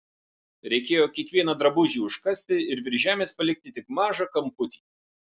reikėjo kiekvieną drabužį užkasti ir virš žemės palikti tik mažą kamputį